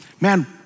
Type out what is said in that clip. Man